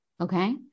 Okay